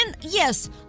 yes